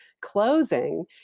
closing